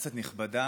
כנסת נכבדה,